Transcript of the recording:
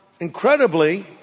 Incredibly